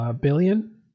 billion